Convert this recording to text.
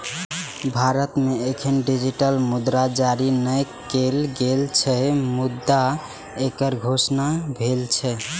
भारत मे एखन डिजिटल मुद्रा जारी नै कैल गेल छै, मुदा एकर घोषणा भेल छै